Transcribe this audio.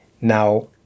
Now